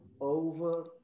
over